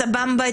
את הבמבה,